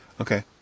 Okay